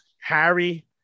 Harry